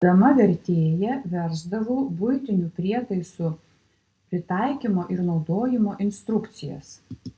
dirbdama vertėja versdavau buitinių prietaisų pritaikymo ir naudojimo instrukcijas